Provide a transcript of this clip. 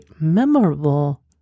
memorable